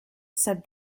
said